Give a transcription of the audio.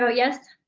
so yes.